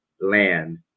land